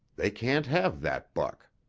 they can't have that buck.